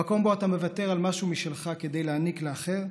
המקום שבו אתה מוותר על משהו משלך כדי להעניק לאחר,